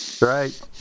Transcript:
right